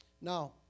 Now